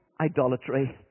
idolatry